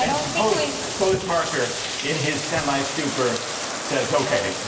and suppose suppose parker in his semi-stupor says okay